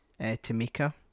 Tamika